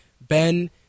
Ben